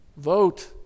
Vote